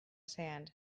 sand